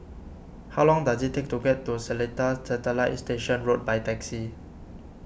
how long does it take to get to Seletar Satellite Station Road by taxi